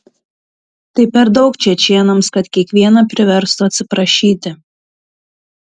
tai per daug čečėnams kad kiekvieną priverstų atsiprašyti